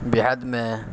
بےحد میں